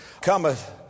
Cometh